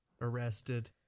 arrested